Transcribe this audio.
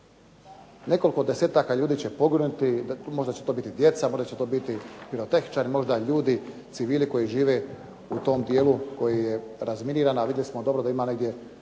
Nekoliko desetaka ljudi će poginuti, možda će to biti djeca, možda će to biti pirotehničari, možda ljudi, civili koji žive u tom dijelu koji je razminiran, a vidjeli smo dobro da ima negdje